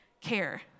care